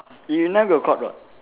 got caught [what]